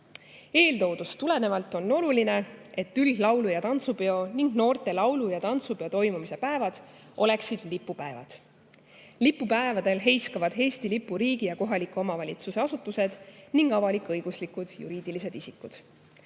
Eeltoodust tulenevalt on oluline, et üldlaulu- ja tantsupeo ning noorte laulu- ja tantsupeo toimumise päevad oleksid lipupäevad. Lipupäevadel heiskavad Eesti lipu riigi- ja kohaliku omavalitsuse asutused ning avalik-õiguslikud juriidilised isikud.